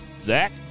Zach